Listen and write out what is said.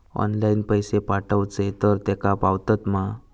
Online पैसे पाठवचे तर तेका पावतत मा?